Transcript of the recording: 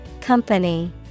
Company